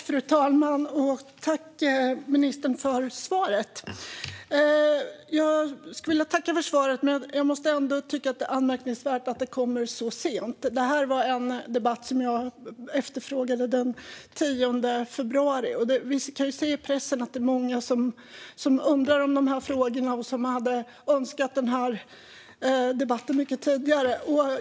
Fru talman! Jag tackar ministern för svaret, men jag tycker att det är anmärkningsvärt att det kommer så sent. Det här är en debatt som jag efterfrågade den 10 februari. Vi kan ju se i pressen att det är många som undrar över de här frågorna och som hade önskat den här debatten mycket tidigare.